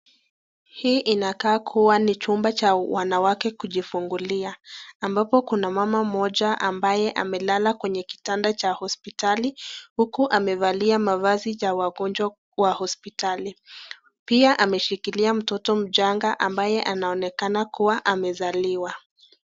Hii inakaa kuwa ni chumba cha wanawake kujifungulia, ambapo kuna mama mmoja ambaye amelala kwenye kitanda cha hospitali, huku amevalia mavazi cha wagonjwa wa hospitali. Pia ameshikilia mtoto mchanga ambaye anaonekana kuwa amezaliwa.